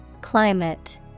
Climate